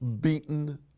beaten